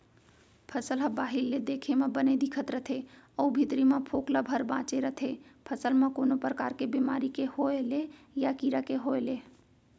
फसल ह बाहिर ले देखे म बने दिखत रथे अउ भीतरी म फोकला भर बांचे रथे फसल म कोनो परकार के बेमारी के होय ले या कीरा के होय ले